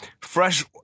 fresh